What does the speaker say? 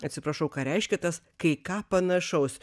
atsiprašau ką reiškia tas kai ką panašaus